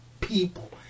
people